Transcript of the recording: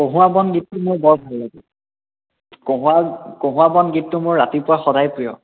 কঁহুৱা বন গীতটো মোৰ বৰ ভাল লাগে কঁহুৱা কঁহুৱা বন গীতটো মোৰ ৰাতিপুৱা সদায় প্ৰিয়